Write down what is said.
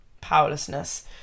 powerlessness